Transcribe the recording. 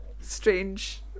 Strange